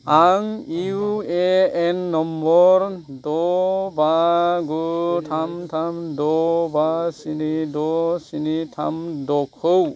आं इउ ए एन नम्बर द' बा गु थाम थाम द' बा स्नि द' स्नि थाम द' खौ